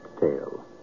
tale